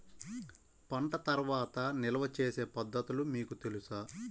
పంట తర్వాత నిల్వ చేసే పద్ధతులు మీకు తెలుసా?